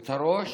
את הראש,